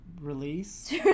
Release